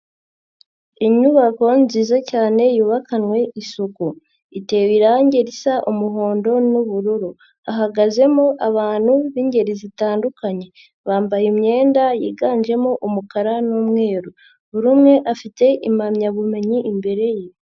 Inyubako nziza cyane yubakanwe isuku, itewe irange risa umuhondo n'ubururu. Hahagazemo abantu b'ingeri zitandukanye, bambaye imyenda yiganjemo umukara n'umweru, buri umwe afite impamyabumenyi imbere ye.